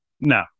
No